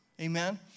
Amen